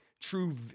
True